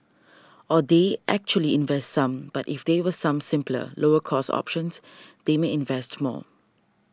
or they actually invest some but if there were some simpler lower cost options they may invest more